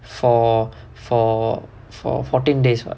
for for for fourteen days [what]